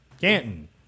Canton